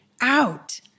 out